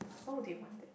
why would they want that